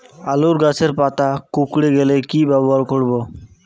আলুর গাছের পাতা কুকরে গেলে কি ব্যবহার করব?